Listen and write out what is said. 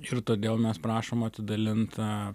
ir todėl mes prašom atidalintą